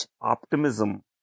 optimism